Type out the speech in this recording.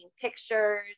pictures